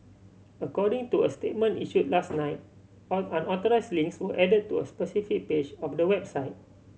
according to a statement issued last night unauthorised links were added to a specific page of the website